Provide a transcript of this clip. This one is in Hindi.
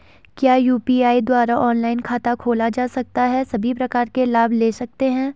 क्या यु.पी.आई द्वारा ऑनलाइन खाता खोला जा सकता है सभी प्रकार के लाभ ले सकते हैं?